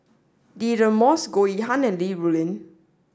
Deirdre Moss Goh Yihan and Li Rulin